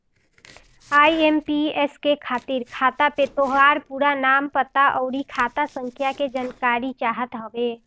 IMPS करे खातिर खाता पे तोहार पूरा नाम, पता, अउरी खाता संख्या के जानकारी चाहत हवे